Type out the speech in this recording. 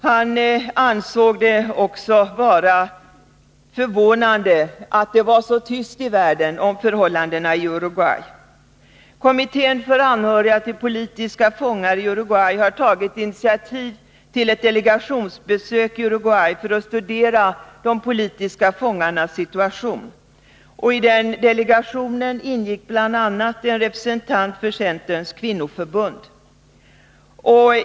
Han ansåg det också vara förvånande att det var så tyst om förhållandena i Uruguay. Kommittén för anhöriga till politiska fångar i Uruguay har tagit initiativ till ett delegationsbesök i Uruguay för att studera de politiska fångarnas situation. I delegationen ingick bl.a. en representant för Centerns kvinnoförbund.